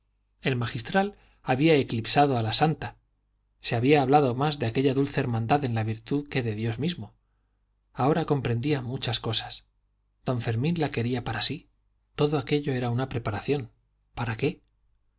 el magistral había eclipsado a la santa se había hablado más de aquella dulce hermandad en la virtud que de dios mismo ahora comprendía muchas cosas don fermín la quería para sí todo aquello era una preparación para qué